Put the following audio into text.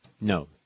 No